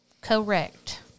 Correct